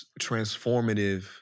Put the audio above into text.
transformative